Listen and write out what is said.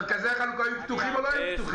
מרכזי החלוקה היו פתוחים או לא היו פתוחים?